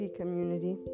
community